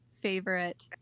favorite